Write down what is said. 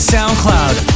SoundCloud